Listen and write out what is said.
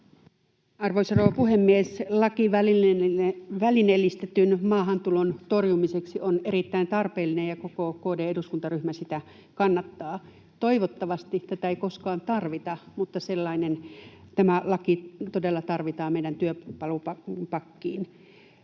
rouva puhemies! Laki välineellistetyn maahantulon torjumiseksi on erittäin tarpeellinen, ja koko KD:n eduskuntaryhmä sitä kannattaa. Toivottavasti tätä ei koskaan tarvita, mutta tämä laki todella tarvitaan meidän työkalupakkiimme.